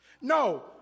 No